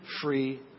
free